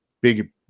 big